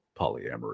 polyamory